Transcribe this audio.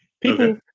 People